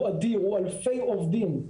הוא אלפי עובדים.